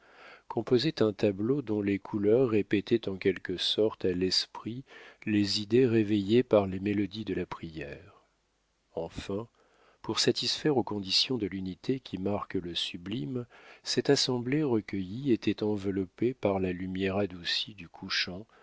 composaient un tableau dont les couleurs répétaient en quelque sorte à l'esprit les idées réveillées par les mélodies de la prière enfin pour satisfaire aux conditions de l'unité qui marque le sublime cette assemblée recueillie était enveloppée par la lumière adoucie du couchant